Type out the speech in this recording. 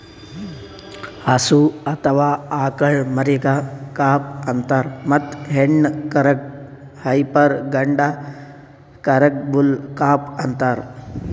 ಹಸು ಅಥವಾ ಆಕಳ್ ಮರಿಗಾ ಕಾಫ್ ಅಂತಾರ್ ಮತ್ತ್ ಹೆಣ್ಣ್ ಕರಕ್ಕ್ ಹೈಪರ್ ಗಂಡ ಕರಕ್ಕ್ ಬುಲ್ ಕಾಫ್ ಅಂತಾರ್